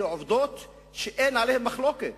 אלה עובדות שאין עליהן מחלוקת,